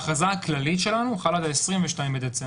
ההכרזה הכללית שלנו חלה עד ה-22 בדצמבר.